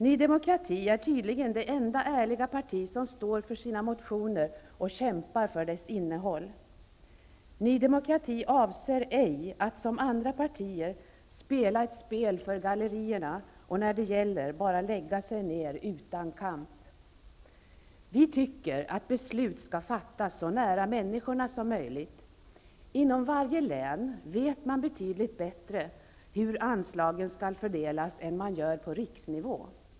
Ny demokrati är tydligen det enda ärliga partiet, som står för sina motioner och kämpar för deras innehåll. Ny demokrati avser ej att som andra partier spela ett spel för gallerierna, och när det gäller bara lägga sig ned utan kamp. Vi tycker att beslut skall fattas så nära människorna som möjligt. Inom varje län vet man betydligt bättre hur anslagen skall fördelas än man gör på riksnivå.